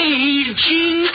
aging